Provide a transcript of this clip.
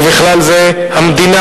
ובכלל זה המדינה,